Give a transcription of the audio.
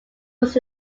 was